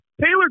Taylor